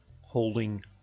holding